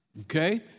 okay